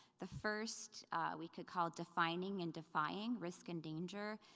the first we could call defining and defying risk and danger.